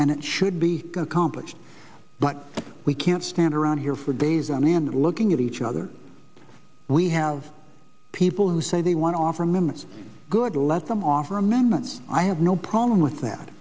and it should be accomplished but we can't stand around here for days on end looking at each other we have people who say they want to offer amendments good let them offer amendment i have no problem with that